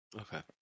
Okay